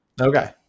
Okay